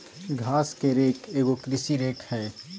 घास के रेक एगो कृषि रेक हइ